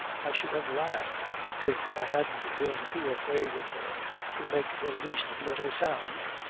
i should have laughed if i hadn't been too afraid of her to make the least little sound.